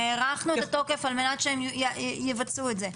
הארכנו את התוקף על מנת שהם יבצעו את זה.